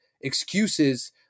excuses